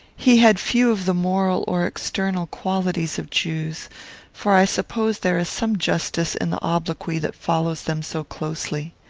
he had few of the moral or external qualities of jews for i suppose there is some justice in the obloquy that follows them so closely.